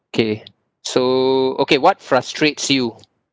okay so okay what frustrates you